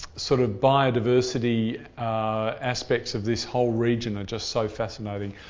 sort of biodiversity aspects of this whole region are just so fascinating.